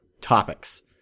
topics